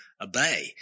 obey